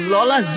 Lola